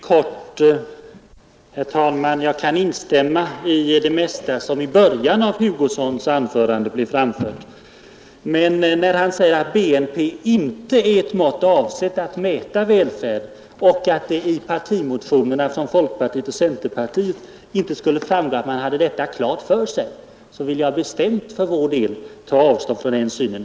Herr talman! Jag skall fatta mig mycket kort och kan instämma i det mesta av det som herr Hugosson framförde i början av sitt anförande. Men när han säger att bruttonationalprodukten inte är ett mått avsett färdsbedömningar samt mätmetoderna för prissättning av vissa samhällsfaktorer i regionalpolitiskt syfte att mäta välfärden och att det i partimotionerna från folkpartiet och centerpartiet inte skulle ha framgått att man hade detta klart för sig, vill jag för vår del bestämt ta avstånd från den synen.